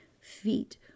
feet